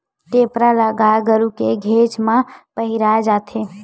टेपरा ल गाय गरु के घेंच म पहिराय जाथे